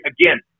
Again